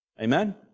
Amen